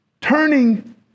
Turning